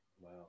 Wow